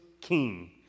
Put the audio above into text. king